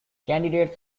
candidates